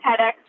TEDx